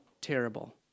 Terrible